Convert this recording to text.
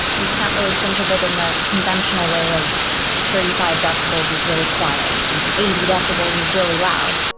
we can't really think of it in the conventional way of thirty five decibels is really quiet and eighty decibels is really loud